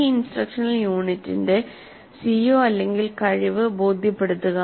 ഈ ഇൻസ്ട്രക്ഷണൽ യൂണിറ്റിന്റെ CO കഴിവ് ബോധ്യപ്പെടുത്തുക